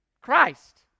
Christ